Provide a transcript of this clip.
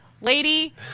lady